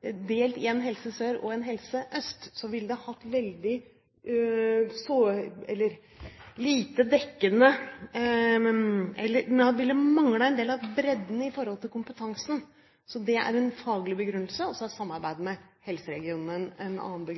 delt inn i en Helse Sør og en Helse Øst, ville det manglet en del av bredden når det gjelder kompetansen. Det er en faglig begrunnelse, og så er samarbeidet med